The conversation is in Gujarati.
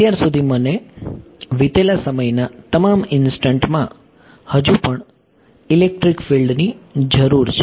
અત્યાર સુધી મને વીતેલા સમયના તમામ ઇન્સ્ટંટમાં હજુ પણ ઇલેક્ટ્રિક ફિલ્ડની જરૂર છે